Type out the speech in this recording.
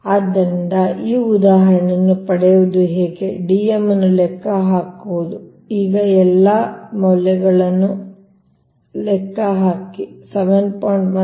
ಆದ್ದರಿಂದ ಈಗ ಈ ಉದಾಹರಣೆಯನ್ನು ಪಡೆಯುವುದು ಹೇಗೆ Dm ಅನ್ನು ಹೇಗೆ ಲೆಕ್ಕ ಹಾಕುವುದು ಈಗ ಈ ಎಲ್ಲಾ ಮೌಲ್ಯಗಳನ್ನು ಹಾಕಿ ನೀವು 7